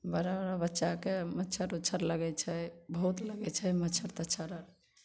बड़ा बड़ा बच्चाके मच्छर ओच्छर लगैत छै बहुत लगैत छै मच्छर तच्छर आओर